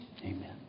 Amen